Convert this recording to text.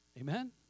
Amen